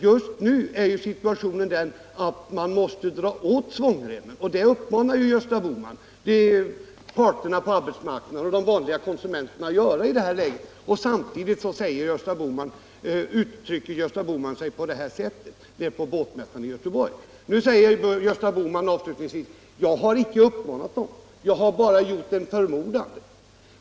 Just nu är emellertid situationen sådan att folk måste dra åt svångremmen — det uppmanar ju Gösta Bohman parterna på arbetsmarknaden och de vanliga konsumenterna att göra i det här läget. Samtidigt uttrycker Gösta Bohman sig på det här sättet vid båtmässan i Göteborg. Nu säger han: Jag har inte uppmanat dem, utan jag har bara gjort ett förmodande.